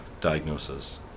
diagnosis